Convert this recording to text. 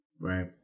Right